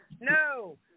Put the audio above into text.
No